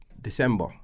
december